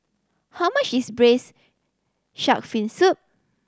how much is Braised Shark Fin Soup